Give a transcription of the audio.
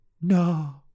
no